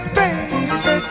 baby